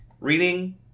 reading